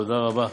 תודה רבה.